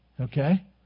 okay